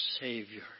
Savior